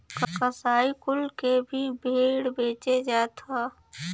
कसाई कुल के भी भेड़ बेचे जात हौ